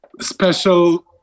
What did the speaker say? special